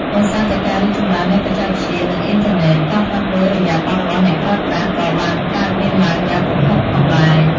ដោយសារតែការរីកចម្រើននៃបច្ចេកវិទ្យា និងអ៊ីនធឺណិត ការផ្លាស់ប្ដូរឥរិយាបថរបស់អ្នកប្រើប្រាស់ ក៏បានកើតមានឡើងយ៉ាងគំហុកផងដែរ។